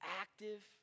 active